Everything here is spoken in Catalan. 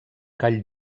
call